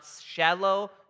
shallow